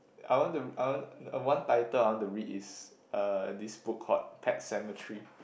I want to I want to one title I want to read is uh this book called Pet-Sematary